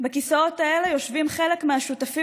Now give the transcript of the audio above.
בכיסאות אלה יושבים חלק מהשותפים